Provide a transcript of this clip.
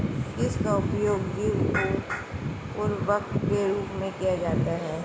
किसका उपयोग जैव उर्वरक के रूप में किया जाता है?